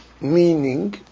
Meaning